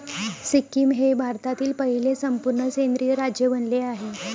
सिक्कीम हे भारतातील पहिले संपूर्ण सेंद्रिय राज्य बनले आहे